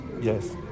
Yes